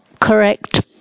correct